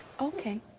Okay